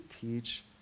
teach